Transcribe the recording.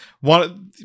one